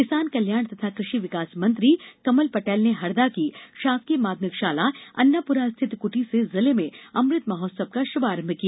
किसान कल्याण तथा कृषि विकास मंत्री कमल पटेल ने हरदा की शासकीय माध्यमिक शाला अन्नापूरा स्थित कुटी से जिले में अमृत महोत्सव का शुभारंभ किया